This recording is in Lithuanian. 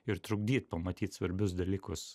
ir trukdyt pamatyt svarbius dalykus